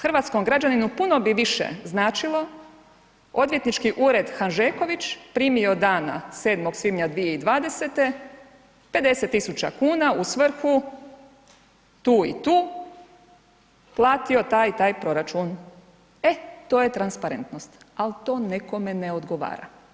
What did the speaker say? Hrvatskom građaninu puno bi više značilo Odvjetnički ured Hanžeković primio dana 7. svibnja 2020. 50 000 u svrhu tu i tu, platio taj i taj proračun, e to je transparentnost, ali to nekome ne odgovara.